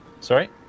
Sorry